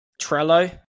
Trello